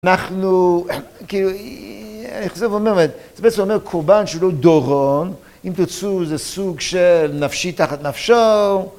אנחנו, כאילו, אני חושב אומר, זה בעצם אומר קורבן שהוא לא דורון. אם תרצו זה סוג של נפשי תחת נפשו.